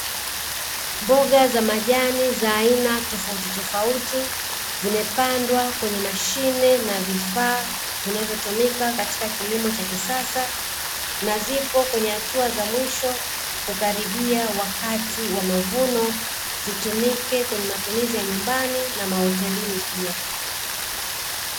Mboga za majani za aina tofauti tofauti, zimepandwa kwenye mashine na vifaa vinavyotumika katika kilimo cha kisasa na zipo kwenye hatua za mwisho kukaribia wakati wa mavuno, zitumike kwenye matumizi ya nyumbani na mahotelini pia.